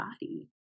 body